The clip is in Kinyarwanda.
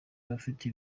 abafite